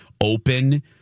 open